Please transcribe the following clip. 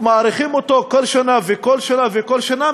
שמאריכים אותו כל שנה וכל שנה וכל שנה,